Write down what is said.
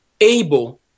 able